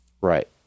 right